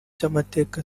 by’amateka